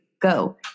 Go